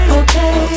okay